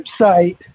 website